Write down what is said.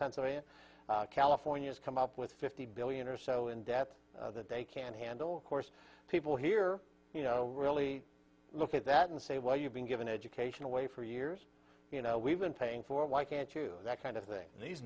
pennsylvania california's come up with fifty billion or so in debt that they can handle course people here you know really look at that and say well you've been given education away for years you know we've been paying for why can't you do that kind of thing these